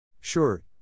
Sure